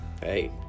Hey